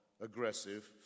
aggressive